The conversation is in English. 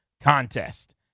contest